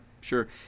sure